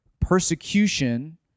persecution